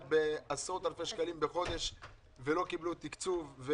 בעשרות אלפי שקלים בחודש ולא קיבלו תקצוב.